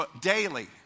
daily